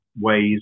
ways